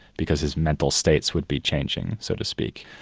because his mental states would be changing, so to speak.